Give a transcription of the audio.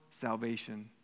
salvation